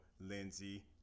Lindsay